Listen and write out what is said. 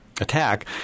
attack